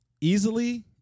Easily